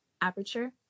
aperture